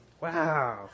Wow